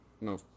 No